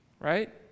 right